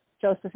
Joseph